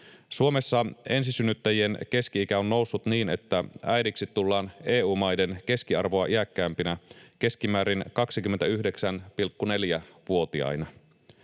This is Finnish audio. Suomessa ensisynnyttäjien keski-ikä on noussut niin, että äidiksi tullaan EU-maiden keskiarvoa iäkkäämpinä, keskimäärin 29,4-vuotiaina.